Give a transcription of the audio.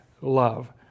love